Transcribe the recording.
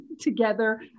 together